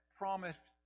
promised